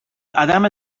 عدم